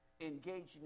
engaging